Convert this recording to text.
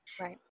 right